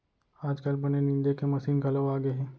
आजकाल बन निंदे के मसीन घलौ आगे हे